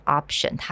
option